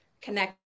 connect